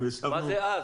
מה זה "אז"?